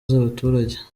z’abaturage